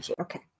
Okay